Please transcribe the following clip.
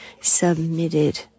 submitted